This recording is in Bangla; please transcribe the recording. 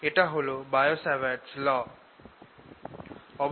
এটা হল Biot Savart's law Bio Savarts law